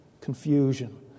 confusion